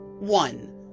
One